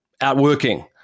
outworking